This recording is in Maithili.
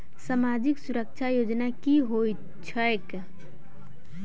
सामाजिक सुरक्षा योजना की होइत छैक?